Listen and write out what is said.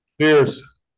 Cheers